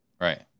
Right